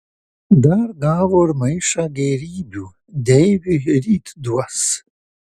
dar gavo ir maišą gėrybių deiviui ryt duos